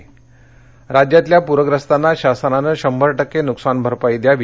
कोल्हापर राज्यातल्या प्रख्यस्तांना शासनानं शंभर टक्के नुकसान भरपाई दयावी